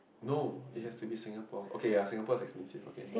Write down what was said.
no it has to be Singapore okay ya Singapore is expensive okay next